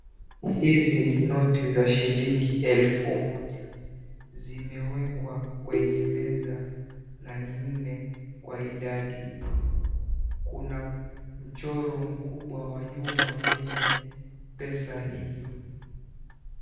Hizi ni noti za shilingi elfu moja. Zimewekwa kwenye meza na ni nne kwa idadi. Kuna mchoro mkubwa wa jumba kwenye pesa hizi.